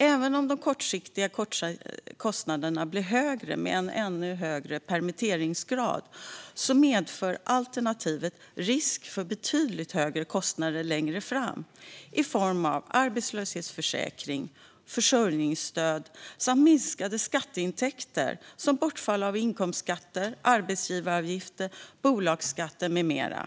Även om de kortsiktiga kostnaderna blir högre med en ännu högre permitteringsgrad medför alternativet risk för betydligt högre kostnader längre fram i form av arbetslöshetsförsäkring och försörjningsstöd samt minskade skatteintäkter genom bortfall av inkomstskatter, arbetsgivaravgifter, bolagsskatter med mera.